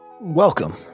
welcome